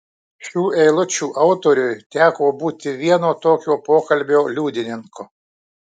šių eilučių autoriui teko būti vieno tokio pokalbio liudininku